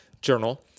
Journal